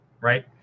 Right